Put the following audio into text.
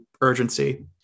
urgency